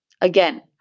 Again